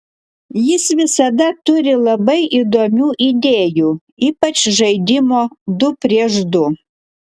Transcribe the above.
jis visada turi labai įdomių idėjų ypač žaidimo du prieš du